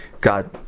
God